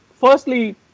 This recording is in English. firstly